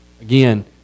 again